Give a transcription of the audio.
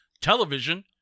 television